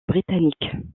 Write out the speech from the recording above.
britannique